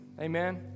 Amen